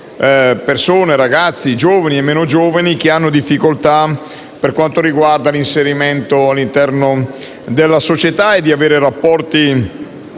persone - ragazzi, giovani o meno giovani - che hanno difficoltà nell'inserimento all'interno della società e ad avere rapporti